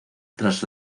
tras